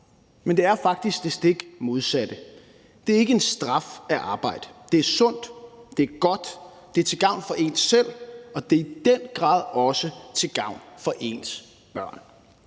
men det er faktisk det stik modsatte. Det er ikke en straf at arbejde, men det er sundt, det er godt, og det er til gavn for en selv, og det er i den grad også til gavn for ens børn.